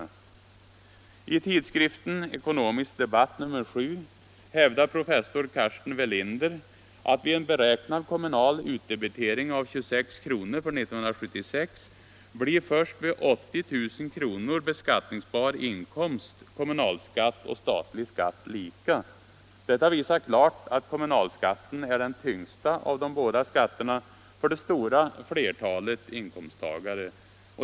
Om åtgärder för att I tidskriften Ekonomisk Debatt nr 7 hävdar professor Carsten Welinder — bemästra ekonoatt vid en beräknad kommunal utdebitering av 26 kr. för 1976 blir — miska svårigheter i först vid 80 000 kr. beskattningsbar inkomst kommunalskatt och statlig — kommuner och skatt lika. Detta visar klart att kommunalskatten är den tyngsta av de = landsting, m.m. båda skatterna för det stora flertalet inkomsttagare.